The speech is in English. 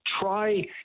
try